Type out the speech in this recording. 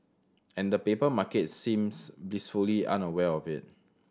and the paper market seems blissfully unaware of it